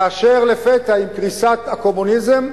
היתה כאשר לפתע, עם קריסת הקומוניזם,